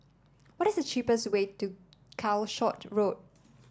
what is the cheapest way to Calshot Road